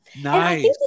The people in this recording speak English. Nice